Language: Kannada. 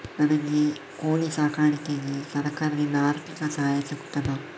ನನಗೆ ಕೋಳಿ ಸಾಕಾಣಿಕೆಗೆ ಸರಕಾರದಿಂದ ಆರ್ಥಿಕ ಸಹಾಯ ಸಿಗುತ್ತದಾ?